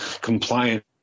compliant